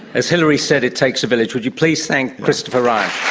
as hillary said, it takes a village. would you please thank christopher um